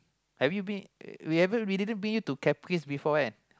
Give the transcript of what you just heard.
have you been we haven't we didn't bring you to Capris before right